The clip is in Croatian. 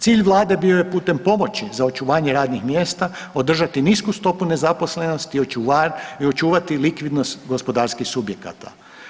Cilj Vlade bio je putem pomoći za očuvanjem radnih mjesta održati nisku stopu nezaposlenosti i očuvati likvidnost gospodarskih subjekata.